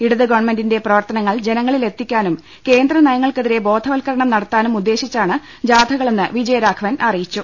ഇടത് ഗവൺമെന്റിന്റെ പ്രവർത്ത നങ്ങൾ ജനങ്ങളിലെത്തിക്കാനും കേന്ദ്ര നയങ്ങൾക്കെതിരെ ബോധവൽക്കരണം നടത്താനും ഉദ്ദേശിച്ചാണ് ജാഥകളെന്ന് വിജയ രാഘവൻ അറിയിച്ചു